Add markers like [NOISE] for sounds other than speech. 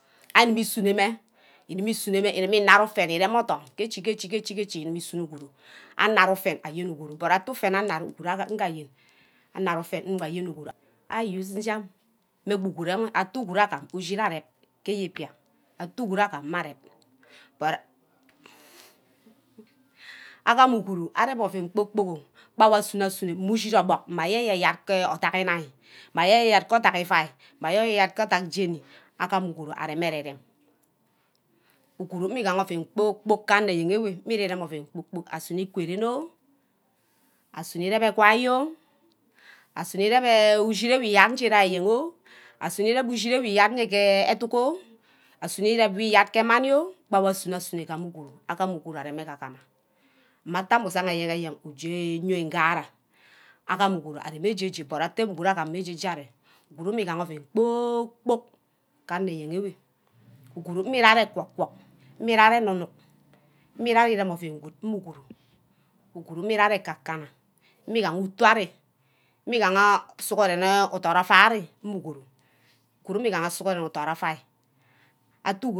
. irimi sunome irimi sunome irimi inara ufen urem othon ke ichi ichi ukume isono uguru but atte ufen anari uguru nga yen anad ufen nga ayrn uguru a use njan mme be uguru ame atte uguru agam uchid arep ke ipa atu uguru agam mma arep but [HESITATION] agam uguru arep ouen kpor kpork o bia oueb wor asuno asuno mme uchid orbock mme aye yard athack jeny agam uguru areme arear rem uguru mme gaha ouen kpor kpork ano ayen ewe mmi irem ouen kpor kpork asune ikwa ren o asuno irep egwai o asuno ireeep ushirid ideeyen asuno irep ushid wey nni yard ke ettuck o asuno irep wor iyard ke mmani o barwo asuno wor asuno igam uguru agama uguru a reme agagan mma atte ami uzena ayen ayen uchea nu ngara agam uguru arei ajeje ite uguru agam mme ajeje arear uguru mmegaha ouen kpor kpork ke anor ayen ewe uguru mme erei ari irem ouen good mme uguru uguru mme erei ari akskana mme gaha utu ari mme igaha sughuren itod auai re mme uguru. uguru mme igaha sughuren idod auai.